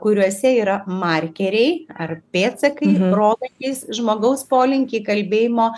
kuriuose yra markeriai ar pėdsakai rodantys žmogaus polinkį į kalbėjimo